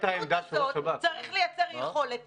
צריך לייצר יכולת טכנית